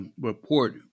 report